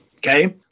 Okay